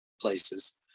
places